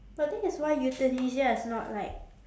but the thing is why euthanasia is not like